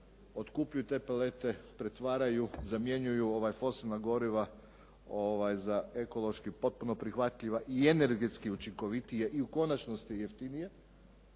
otkupljuju te palete, pretvaraju, zamjenjuju fosilna goriva za ekološki potpuno prihvatljiva i energetski učinkovitije i u konačnosti jeftinije.